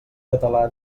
català